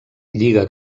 lliga